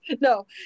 No